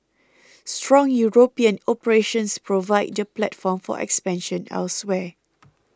strong European operations provide the platform for expansion elsewhere